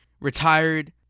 retired